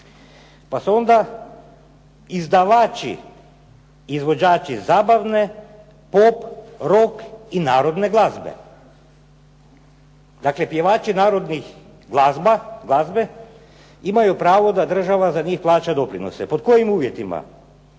Pa su onda izdavači, izvođači zabavne, pop, rok i narodne glazbe. Dakle, pjevači narodne glazbe imaju pravo da država za njih plaća doprinose. Pod kojim uvjetima?